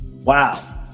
wow